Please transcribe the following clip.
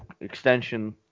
extension